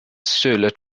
stulet